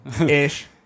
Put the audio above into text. Ish